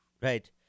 Right